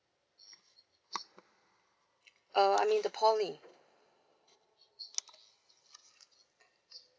uh I mean the poly